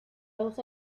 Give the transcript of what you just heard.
los